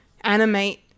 animate